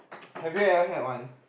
have you ever had one